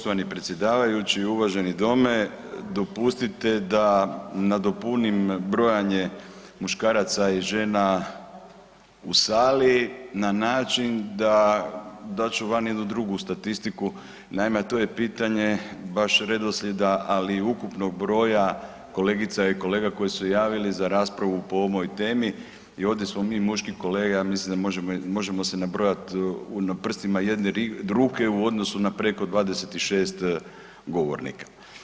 Poštovani predsjedavajući, uvaženi dome dopustite da nadopunim brojanje muškaraca i žena u sali na način da dat ću vam jednu drugu statistiku, naime a to je pitanje baš redoslijeda ali i ukupnog broja kolegica i kolega koji su se javili za raspravu po ovoj temi i ovdje smo mi muški kolege, ja mislim možemo se nabrojati na prstima jedne ruke u odnosu na preko 26 govornika.